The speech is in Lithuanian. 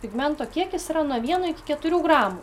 pigmento kiekis yra nuo vieno iki keturių gramų